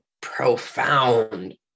profound